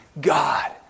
God